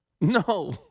No